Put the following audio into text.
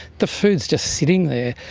the food is just sitting there,